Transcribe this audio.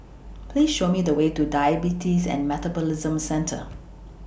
Please Show Me The Way to Diabetes and Metabolism Centre